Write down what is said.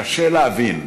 קשה להבין,